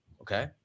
okay